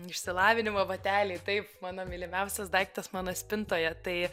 išsilavinimo bateliai taip mano mylimiausias daiktas mano spintoje tai